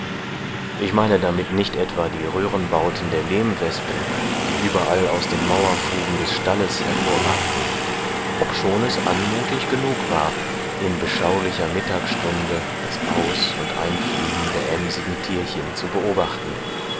ich meine damit nicht etwa die röhrenbauten der lehmwespen die überall aus den mauerfugen des stalles hervorragten obschon es anmutig genug war in beschaulicher mittagsstunde das aus und einfliegen der emsigen tierchen zu beobachten